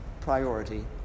priority